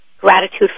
Gratitude